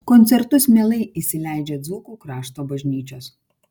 koncertus mielai įsileidžia dzūkų krašto bažnyčios